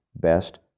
best